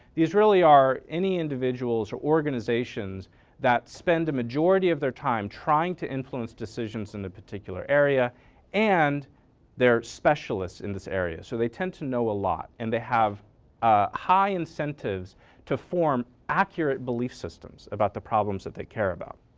these really are any individuals or organizations that spend the majority of their time trying to influence decisions in a particular area and they're specialists in this area so they tend to know a lot and they have ah high incentives to form accurate belief systems about the problems that they care about.